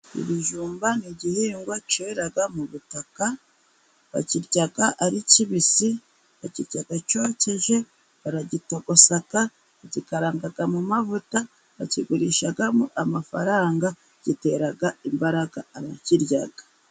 Ibijumba n'igihingwa cyera mu butaka, bakirya ari kibisi, bakirya cyokeje, baragigosa, bagikaranga mu mavuta, bakigurishamo amafaranga, giteraga imbaraga abakirya.